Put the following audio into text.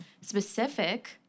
specific